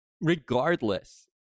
regardless